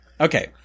okay